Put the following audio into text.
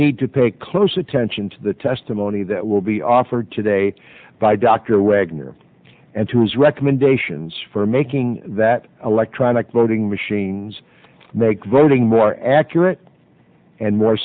need to pay close attention to the testimony that will be offered today by dr wagner and to his recommendations for making that electronic voting machines make voting more accurate and more